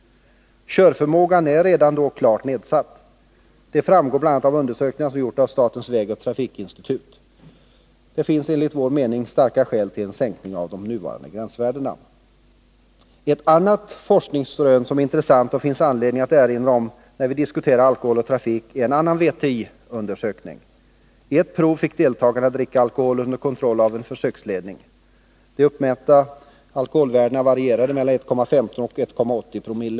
Körförmågan är redan då klart nedsatt. Det framgår bl.a. av undersökningar som gjorts av statens vägoch trafikinstitut . Det finns enligt vår mening starka skäl för en sänkning av de nuvarande gränsvärdena. Ytterligare ett forskningsrön som det finns anledning att erinra om, när vi diskuterar alkohol och trafik, är en annan VTI-undersökning. I ett prov fick deltagarna dricka alkohol under kontroll av en försöksledning. De uppmätta alkoholvärdena varierade mellan 1,15 och 1,80 Zoo.